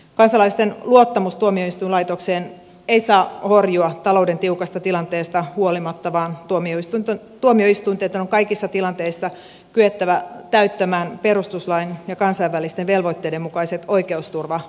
kansalaisten luottamus tuomioistuinlaitokseen ei saa horjua talouden tiukasta tilanteesta huolimatta vaan tuomioistuinten on kaikissa tilanteissa kyettävä täyttämään perustuslain ja kansainvälisten velvoitteiden mukaiset oikeusturvavaatimukset